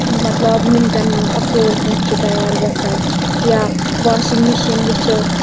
مطلب مِنٛٹَن منٛز اصل پٲٹھۍ چھ تَیار گژھان یا واشِنٛگ مِشیٖن وٕچھو